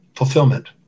Fulfillment